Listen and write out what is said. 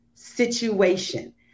situation